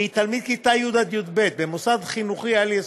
תלמיד כיתה י' עד י"ב במוסד חינוכי על-יסודי,